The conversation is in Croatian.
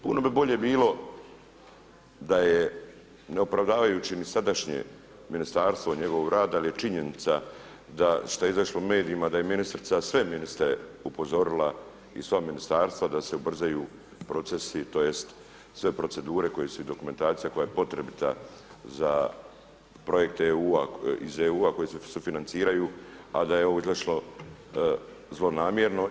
Puno bi bolje bilo da je ne opravdavajući ni sadašnje ministarstvo i njegov rad ali je činjenica da šta je izašlo u medijima da je ministrica sve ministre upozorila i sva ministarstva da se ubrzaju procesi, tj. sve procedure koje su i dokumentacija koja je potrebita za projekte iz EU-a koji se sufinanciraju a da je ovo izašlo zlonamjerno.